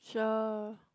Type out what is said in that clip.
sure